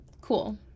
Cool